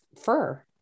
fur